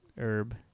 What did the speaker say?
Herb